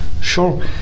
Sure